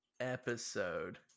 episode